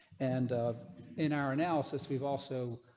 and in our analysis. we've also.